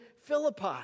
Philippi